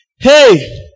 Hey